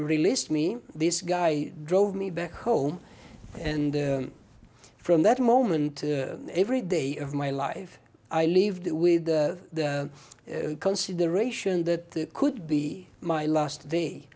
released me this guy drove me back home and from that moment every day of my life i lived with the consideration that could be my last day